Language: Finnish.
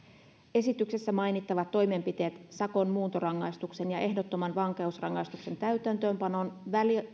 esityksessä mainittavat toimenpiteet sakon muuntorangaistuksen ja ehdottoman vankeusrangaistuksen täytäntöönpanon